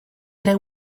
tre